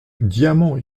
diamants